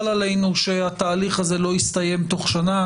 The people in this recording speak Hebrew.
עלינו שהתהליך הזה לא יסתיים תוך שנה.